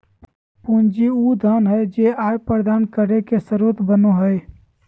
पूंजी उ धन हइ जे आय प्रदान करे के स्रोत बनो हइ